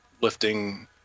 lifting